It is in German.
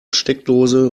steckdose